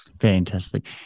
Fantastic